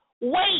wait